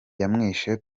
yamwishe